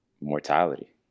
mortality